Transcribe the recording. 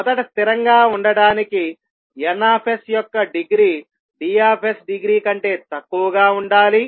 మొదట స్థిరంగా ఉండటానికి N యొక్క డిగ్రీ D డిగ్రీ కంటే తక్కువగా ఉండాలి